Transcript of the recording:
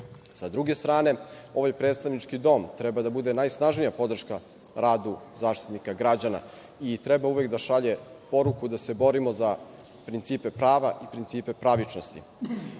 Sa druge strane, ovaj predstavnički dom treba da bude najsnažnija podrška radu Zaštitnika građana i treba uvek da šalje poruku da se borimo za principe prava i pravičnosti. Navešću